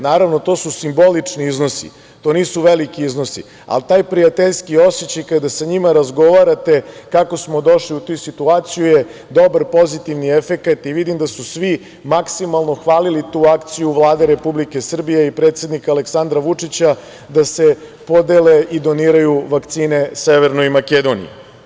Naravno, to su simbolični iznosi, to nisu veliki iznosi, ali taj prijateljski osećaj kada sa njima razgovarate kako smo došli u tu situaciju je dobar pozitivni efekat i vidim da su svi maksimalno hvalili tu akciju Vlade Republike Srbije i predsednika Aleksandra Vučića da se podele i doniraju vakcine Severnoj Makedoniji.